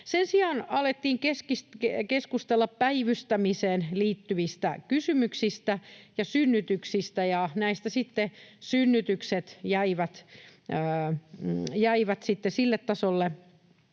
Sen sijaan alettiin keskustella päivystämiseen liittyvistä kysymyksistä ja synnytyksistä. Näistä synnytykset jäivät sille tasolle,